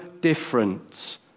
different